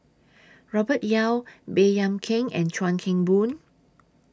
Robert Yeo Baey Yam Keng and Chuan Keng Boon